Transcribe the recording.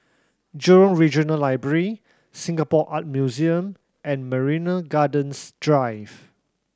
Jurong Regional Library Singapore Art Museum and Marina Gardens Drive